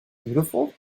beautiful